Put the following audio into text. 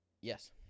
Yes